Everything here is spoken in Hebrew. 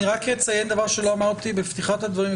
אני רק אציין דבר שלא אמרתי בפתיחת הדברים,